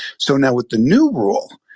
so now with the new rule,